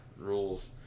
Rules